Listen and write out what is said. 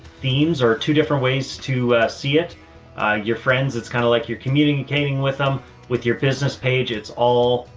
themes are two different ways to see it your friends, it's kind of like you're communicating with them with your business page. it's all,